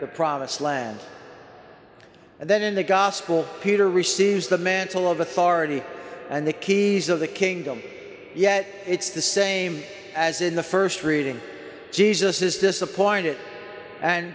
the promised land and then in the gospel peter receives the mantle of authority and the keys of the kingdom yet it's the same as in the st reading jesus is disappointed and